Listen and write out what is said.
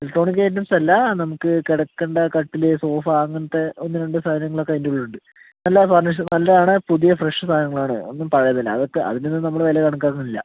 electronics items അല്ല നമുക്ക് കിടക്കണ്ട കട്ടില് സോഫ അങ്ങനത്ത ഒന്ന് രണ്ട് സാധങ്ങൾ ഒക്ക അതിൻ്റ ഉള്ളിൽ ഉണ്ട് എല്ലാ ഫർണിച്ചറും നല്ലത് ആണ് പുതിയ ഫ്രഷ് സാധനങ്ങൾ ആണ് ഒന്നും പഴയത് അല്ല അതിന് ഒക്കെ അതിന് ഒന്നും നമ്മള് വില കണക്കാക്കുന്നില്ല